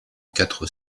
quatre